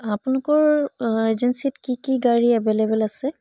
আপোনালোকৰ এজেঞ্চীত কি কি গাড়ী এভেইলেবল আছে